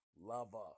lover